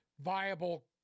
viable